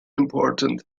important